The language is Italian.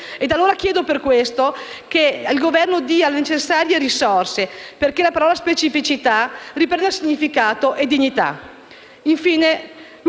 esteri. Chiedo per questo che il Governo dia le necessarie risorse, perché la parola "specificità" riassuma significato e dignità.